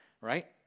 right